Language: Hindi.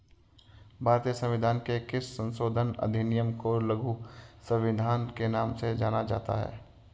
भारतीय संविधान के किस संशोधन अधिनियम को लघु संविधान के नाम से जाना जाता है?